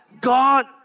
God